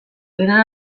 dena